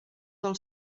del